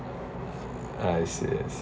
I see I see